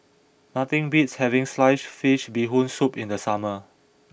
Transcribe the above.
nothing beats having Sliced Fish Bee Hoon Soup in the summer